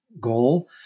goal